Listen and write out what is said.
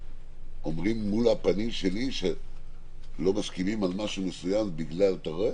כשאומרים מול הפנים שלי שלא מסכימים על משהו מסוים בגלל שאתה רואה,